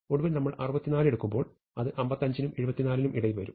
ഒടുവിൽ നമ്മൾ 64 എടുക്കുമ്പോൾ അത് 55 നും 74 നും ഇടയിൽ വരും